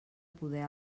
poder